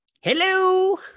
hello